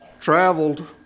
traveled